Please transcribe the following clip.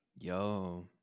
Yo